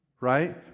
Right